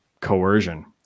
coercion